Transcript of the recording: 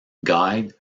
guide